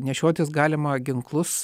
nešiotis galima ginklus